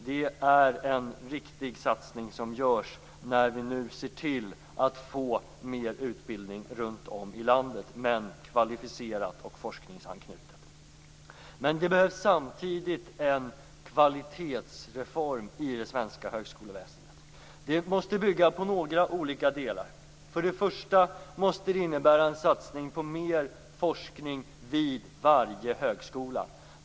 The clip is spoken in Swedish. Det är en riktig satsning som görs när vi nu ser till att få mer av kvalificerad och forskningsanknuten utbildning runt om i landet. Men det behövs samtidigt en kvalitetsreform i det svenska högskoleväsendet. Det måste bygga på några olika delar. För det första måste det innebära en satsning på mer forskning vid varje högskola.